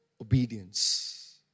obedience